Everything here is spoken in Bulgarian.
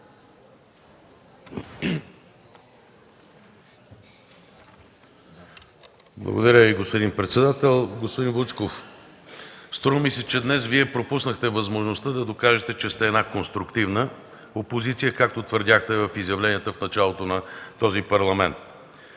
Благодаря Ви, господин председател. Господин Вучков, струва ми се, че днес Вие пропуснахте възможността да докажете, че сте една конструктивна опозиция, както твърдяхте в изявленията в началото на този Парламент.